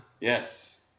Yes